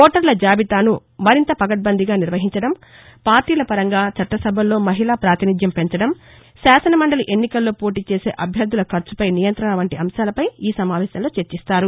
ఓటర్ల జాబితాను మరింత పకడ్బందీగా నిర్వహించడం పార్లీలపరంగా చట్టసభల్లో మహిళా ప్రాతినిధ్యం పెంచడం శాసన మండలి ఎన్నికల్లో పోటీచేసే అభ్యర్థల ఖర్చుపై నియంతణ వంటి అంశాలపై ఈ సమావేశంలో చర్చిస్తారు